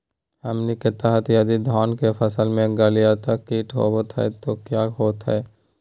हमनी के तरह यदि धान के फसल में गलगलिया किट होबत है तो क्या होता ह?